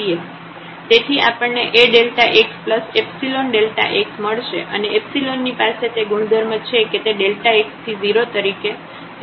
તેથી આપણને AΔxϵΔx મળશે અને ની પાસે તે ગુણધર્મ છે કે તે x→0 તરીકે 0 તરફ જશે